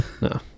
no